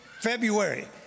February